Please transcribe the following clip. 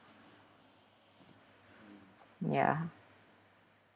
ya